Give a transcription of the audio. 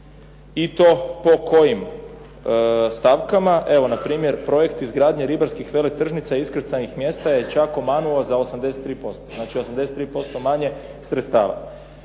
i to po kojim stavkama. Evo na primjer, projekt izgradnje ribarskih veletržnica iskrcajnih mjesta je čak omanuo za 83%. Znači, 83% manje sredstava.